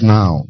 now